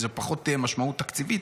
לזה פחות משמעות תקציבית,